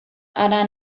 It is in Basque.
hara